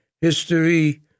history